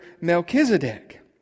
Melchizedek